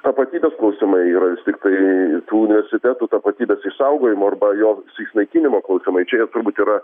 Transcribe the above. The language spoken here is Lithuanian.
tapatybės klausimai yra vis tiktai tų universitetų tapatybės išsaugojimo arba jo susinaikinimo klausimai čia jau turbūt yra